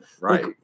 Right